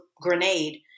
Grenade